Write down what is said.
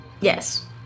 Yes